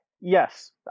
yes